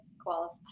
qualify